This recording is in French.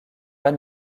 pas